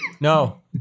no